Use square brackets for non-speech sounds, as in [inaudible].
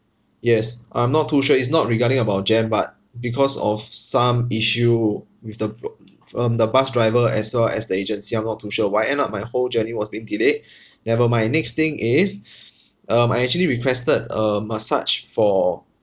yes I'm not too sure it's not regarding about jam but because of some issue with the [noise] um the bus driver as well as the agency I'm not too sure why end up my whole journey was being delayed never mind next thing is [breath] um I actually requested a massage for